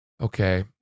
okay